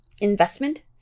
investment